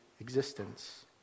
existence